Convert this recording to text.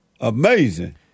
Amazing